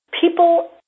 people